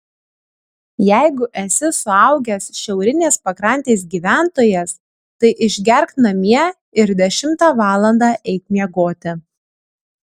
jeigu esi suaugęs šiaurinės pakrantės gyventojas tai išgerk namie ir dešimtą valandą eik miegoti